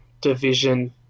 division